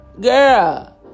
girl